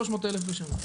300,000 בשנה.